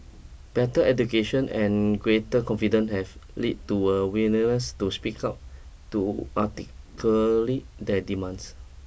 better education and greater confident have led to a willingness to speak out to articulate their demands